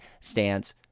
stance